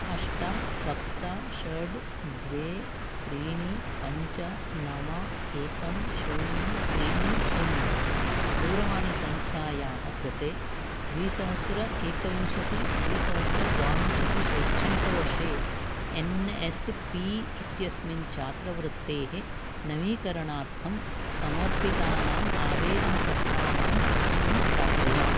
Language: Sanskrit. अष्ट सप्त षट् द्वे त्रीणि पञ्च नव एकं शून्यं त्रीणि शून्यं दूरवाणीसङ्ख्यायाः कृते द्विसहस्र एकविंशति द्विसहस्रद्वाविंशतिशैक्षणिकवर्षे एन् एस् पी इत्यस्मिन् छात्रवृत्तेः नवीकरणार्थं समर्पितानाम् आवेदनपत्राणां सूचीं स्थापय